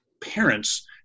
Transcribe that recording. parents